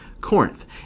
Corinth